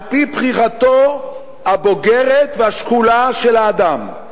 על-פי בחירתו הבוגרת והשקולה של האדם,